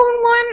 one